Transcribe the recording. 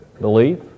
belief